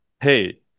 hey